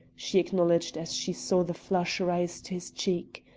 she acknowledged as she saw the flush rise to his cheek.